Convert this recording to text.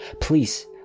Please